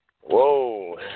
Whoa